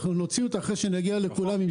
ואנחנו נוציא אותה אחרי שנגיע לכולם עם